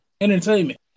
entertainment